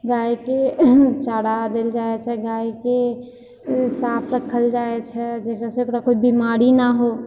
गाइके चारा देल जाए छै गाइके साफ राखल जाए छै जाहिसँ ओकरा कोइ बेमारी नहि हो